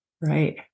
Right